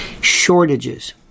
Shortages